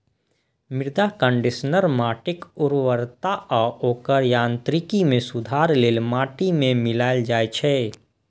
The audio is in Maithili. मृदा कंडीशनर माटिक उर्वरता आ ओकर यांत्रिकी मे सुधार लेल माटि मे मिलाएल जाइ छै